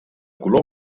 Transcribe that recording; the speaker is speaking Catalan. color